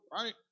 right